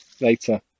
later